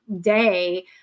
day